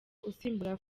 usimbura